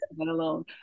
alone